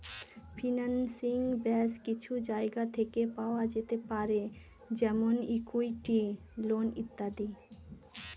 financing base কিছু জায়গা থেকে পাওয়া যেতে পারে যেমন ইকুইটি, লোন ইত্যাদি